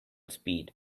speed